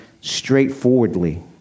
straightforwardly